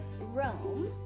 Rome